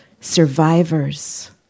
survivors